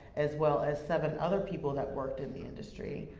as well as seven other people that worked in the industry,